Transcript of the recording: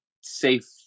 safe